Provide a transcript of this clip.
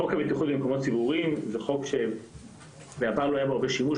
חוק הבטיחות במקומות ציבוריים הוא חוק שבעבר לא היה בו הרבה שימוש,